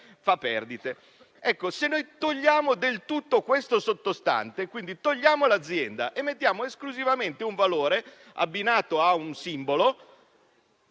fa perdite. Se noi togliamo del tutto questo sottostante, togliamo l'azienda e mettiamo esclusivamente un valore, abbinato a un simbolo,